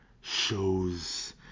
shows